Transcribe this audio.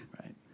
Right